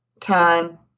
time